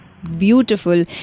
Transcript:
beautiful